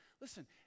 Listen